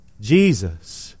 Jesus